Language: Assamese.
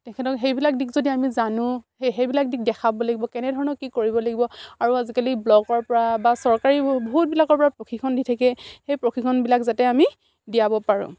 তেখেতক সেইবিলাক দিশ যদি আমি জানোঁ সেই সেইবিলাক দিশ দেখাব লাগিব কেনেধৰণৰ কি কৰিব লাগিব আৰু আজিকালি ব্লকৰ পৰা বা চৰকাৰী বহুতবিলাকৰ পৰা প্ৰশিক্ষণ দি থাকে সেই প্ৰশিক্ষণবিলাক যাতে আমি দিয়াব পাৰোঁ